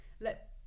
let